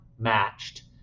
matched